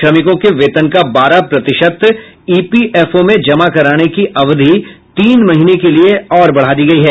श्रमिकों के वेतन का बारह प्रतिशत ई पी एफ ओ में जमा कराने की अवधि तीन महीने के लिए और बढा दी गई है